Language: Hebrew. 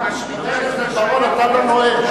תרשה לי להשיב לך, חבר הכנסת בר-און, אתה לא נואם.